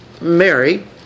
Mary